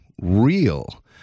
real